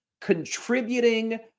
contributing